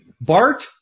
Bart